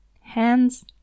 hands